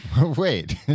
wait